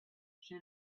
she